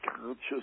conscious